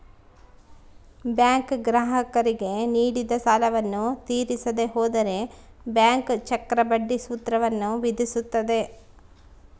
bank ಗ್ರಾಹಕರಿಗೆ ನೀಡಿದ ಸಾಲವನ್ನು ತೀರಿಸದೆ ಹೋದರೆ ಬ್ಯಾಂಕ್ ಚಕ್ರಬಡ್ಡಿ ಸೂತ್ರವನ್ನು ವಿಧಿಸುತ್ತದೆ